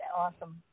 awesome